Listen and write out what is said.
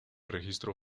registro